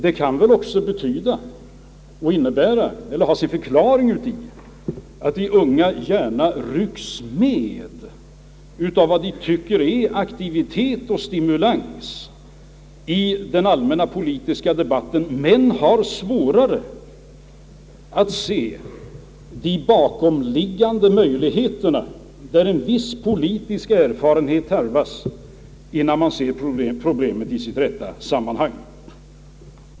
Men det kan väl ha sin förklaring i att de unga gärna rycks med av vad de tycker innebär aktivitet och stimulans i den allmänna politiska debatten men har svårare att se de bakomliggande möjligheterna — det tarvas ju en viss politisk erfarenhet innan problemen kan ses i sitt rätta sammanhang.